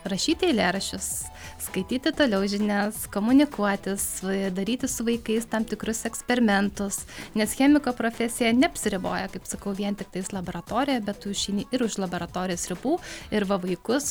rašyti eilėraščius skaityti toliau žinias komunikuotis daryti su vaikais tam tikrus eksperimentus nes chemiko profesija neapsiriboja kaip sakau vien tiktais laboratorija bet tu išeini ir už laboratorijos ribų ir va vaikus